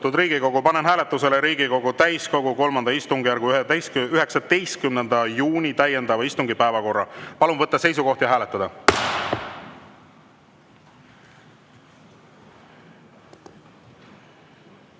Riigikogu, panen hääletusele Riigikogu täiskogu III istungjärgu 19. juuni täiendava istungi päevakorra. Palun võtta seisukoht ja hääletada!